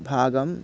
भागम्